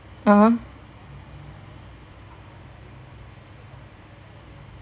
(uh huh)